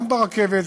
גם ברכבת,